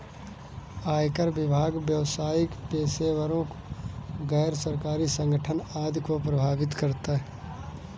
आयकर विभाग व्यावसायिक पेशेवरों, गैर सरकारी संगठन आदि को प्रभावित करता है